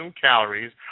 calories